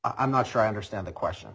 i'm not sure i understand the question